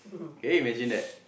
can you imagine that